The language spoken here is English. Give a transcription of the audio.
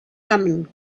thummim